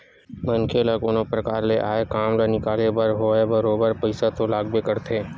मनखे ल कोनो परकार ले आय काम ल निकाले बर होवय बरोबर पइसा तो लागबे करथे